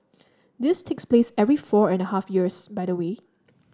this takes place every four and half years by the way